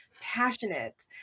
passionate